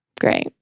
Great